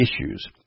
issues